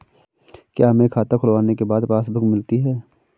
क्या हमें खाता खुलवाने के बाद पासबुक मिलती है?